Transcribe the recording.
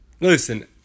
Listen